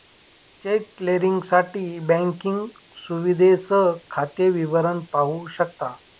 check क्लिअरिंगसाठी banking सुविधेसह खाते विवरण पाहू शकता